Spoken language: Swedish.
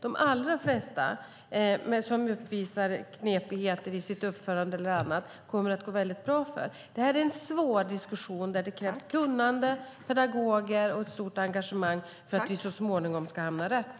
De allra flesta som uppvisar knepigheter i sitt uppförande eller annat kommer det att gå bra för. Detta är en svår diskussion där det krävs kunnande, pedagoger och ett stort engagemang för att vi så småningom ska hamna rätt.